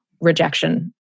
rejection